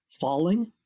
falling